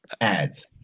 ads